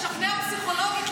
לשכנע פסיכולוגית,